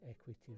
equity